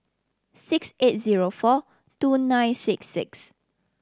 six eight zero four two nine six six